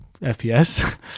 FPS